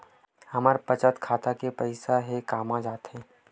हमर बचत खाता के पईसा हे कामा जाथे?